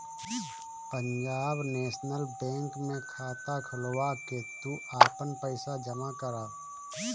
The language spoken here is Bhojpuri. पंजाब नेशनल बैंक में खाता खोलवा के तू आपन पईसा जमा करअ